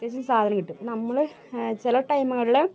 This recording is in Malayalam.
അത്യാവശ്യം സാധനം കിട്ടും നമ്മള് ചില ടൈമുകളില്